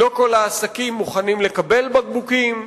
לא כל העסקים מוכנים לקבל בקבוקים,